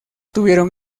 tuvieron